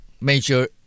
major